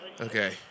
Okay